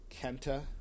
Kenta